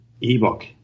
ebook